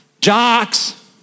jocks